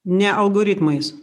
ne algoritmais